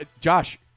Josh